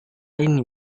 ini